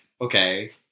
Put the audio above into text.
okay